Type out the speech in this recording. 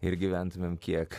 ir gyventumėm kiek